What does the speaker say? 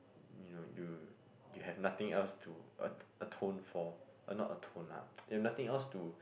you know you you have nothing else to atone for a not atone lah you've nothing else to